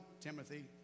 Timothy